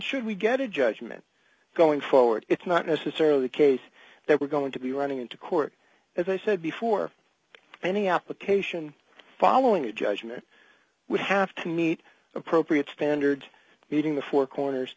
should we get a judgment going forward it's not necessarily the case that we're going to be running into court as i said before any application following a judgment would have to meet appropriate standards meeting the four corners